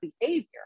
behavior